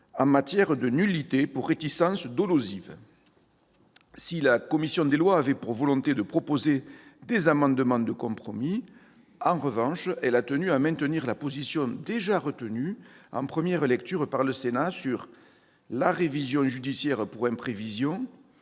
en matière de nullité pour réticence dolosive. Si la commission des lois avait pour volonté de proposer des amendements de compromis, elle a, en revanche, souhaité maintenir la position déjà retenue en première lecture par le Sénat sur deux points : la révision judiciaire pour imprévision,